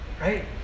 Right